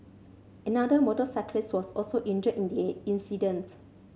another motorcyclist was also injured in the incident